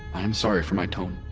i am sorry for my tone